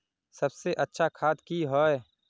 सबसे अच्छा खाद की होय?